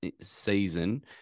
season